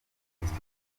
kristu